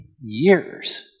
years